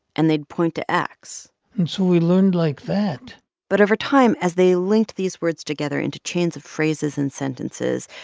and they'd point to x and so we learned like that but over time, as they linked these words together into chains of phrases and sentences,